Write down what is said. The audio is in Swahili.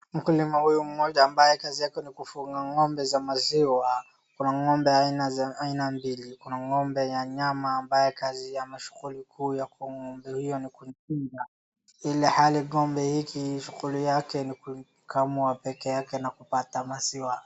Mkulima huyu mmoja ambaye kazi yake ni kufuga ngo'mbe za maziwa. Kuna ngo'mbe za aina mbili. Kuna ngo'mbe ya nyama ambaye kazi ama shughuli kuu ya kuwa ngo'mbe huyo ni kumchinja, ilhali ngo'mbe hiki shughuli yake ni kukamua peke yake na kupata maziwa.